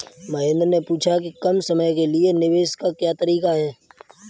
महेन्द्र ने पूछा कि कम समय के लिए निवेश का क्या तरीका है?